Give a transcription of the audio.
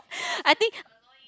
I think